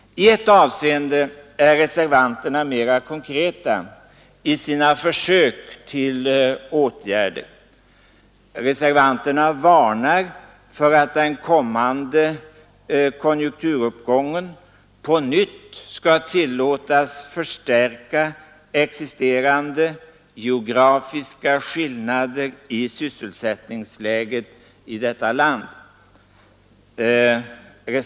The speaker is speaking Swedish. I ett avseende är reservanterna mera konkreta i sina försök till åtgärder. Reservanterna varnar för att den kommande konjunkturuppgången på nytt skall tillåtas förstärka existerande geografiska skillnader i sysselsättningsläget i detta land.